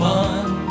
one